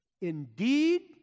Indeed